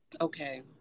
Okay